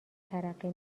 ترقه